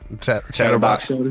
Chatterbox